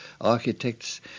architects